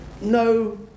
No